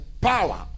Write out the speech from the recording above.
power